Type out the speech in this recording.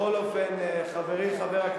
שלא ידבר על ישראל ביתנו,